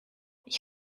ich